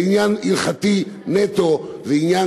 זה עניין הלכתי נטו, זה עניין